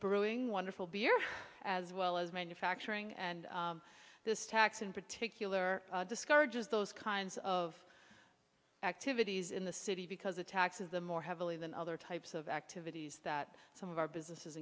brewing wonderful beer as well as manufacturing and this tax in particular discourages those kinds of activities in the city because the taxes the more heavily than other types of activities that some of our businesses